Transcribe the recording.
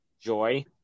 Joy